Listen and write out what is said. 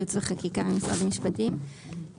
יעוץ וחקיקה משרד המשפטים,